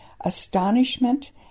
astonishment